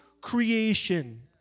creation